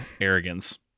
arrogance